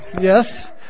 yes